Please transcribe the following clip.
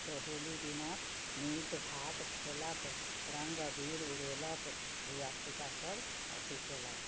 आओर फेर होली दिना मीट भात खेलक रङ्ग अबीर उड़ेलक धिआ पुता सब अथी केलक